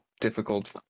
difficult